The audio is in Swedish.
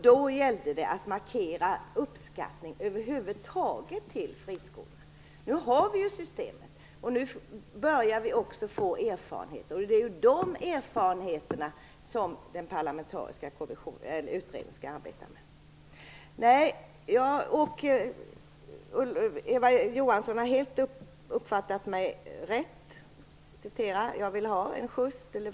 Då gällde det att markera uppskattning över huvud taget för friskolorna. Nu har vi systemet. Nu börjar vi också få erfarenheter. Det är de erfarenheter som en parlamentarisk utredning skall arbeta med. Eva Johansson har uppfattat mig helt rätt.